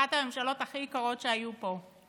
לאחת הממשלות הכי יקרות שהיו פה,